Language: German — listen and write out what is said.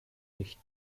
nicht